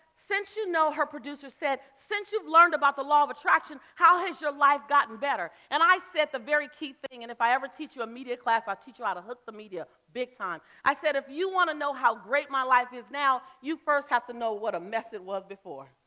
since you know, her producer said, since you've learned about the law of attraction, how has your life gotten better? and i said the very key thing. and if i ever teach you a media class, i ah teach you how to hook the media big time. i said, if you wanna know how great my life is now, you first have to know what a mess it was before.